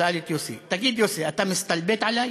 שאל את יוסי: תגיד, יוסי, אתה מסתלבט עלי?